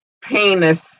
penis